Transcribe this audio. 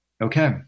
okay